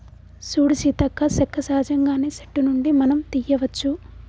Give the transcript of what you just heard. సూడు సీతక్క సెక్క సహజంగానే సెట్టు నుండి మనం తీయ్యవచ్చు